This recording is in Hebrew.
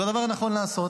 זה הדבר הנכון לעשות.